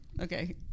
Okay